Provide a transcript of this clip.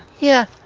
yeah.